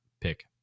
pick